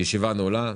הישיבה נעולה.